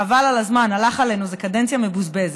חבל על הזמן, הלך עלינו, זו קדנציה מבוזבזת.